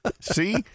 See